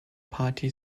party